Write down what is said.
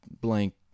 blank